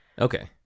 okay